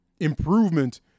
Improvement